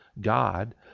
God